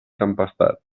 tempestat